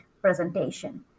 presentation